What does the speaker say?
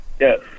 Yes